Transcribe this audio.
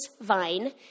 vine